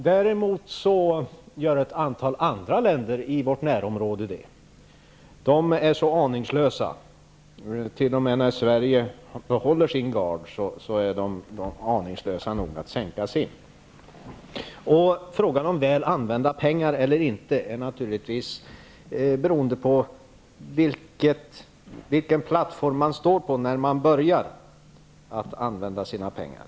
Det gör däremot ett antal andra länder i vårt närområde. De är så aningslösa; t.o.m. när Sverige behåller sin gard är de aningslösa nog att sänka sin. Om pengarna är väl använda eller inte är naturligtvis beroende av vilken plattform man står på när man börjar använda sina pengar.